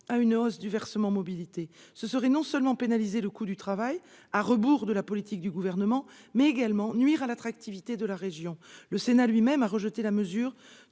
à une hausse du versement mobilité. Ce serait non seulement pénaliser le coût du travail, à rebours de la politique du Gouvernement, mais également nuire à l'attractivité de la région. Le Sénat lui-même a rejeté une